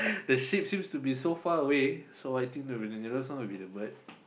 the sheep seems to be so far away so I think the nearest one would be the bird